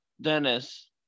Dennis